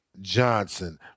Johnson